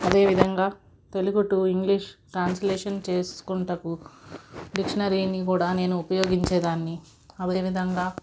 అదేవిధంగా Telugu to English translation చేసుకొనుటకు డిక్షనరీని కూడా నేను ఉపయోగించేదాన్ని అదే విధంగా